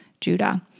Judah